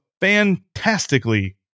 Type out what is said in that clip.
fantastically